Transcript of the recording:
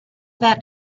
that